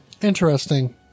interesting